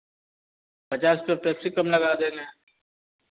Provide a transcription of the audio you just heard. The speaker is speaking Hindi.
पचास रुपये केप्सिकम लगा देंगे